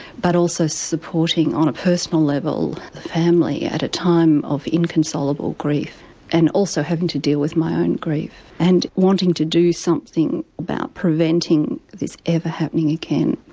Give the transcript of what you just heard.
but also supporting on a personal level the family at a time of inconsolable grief and also having to deal with my own grief and wanting to do something about preventing this ever happening again.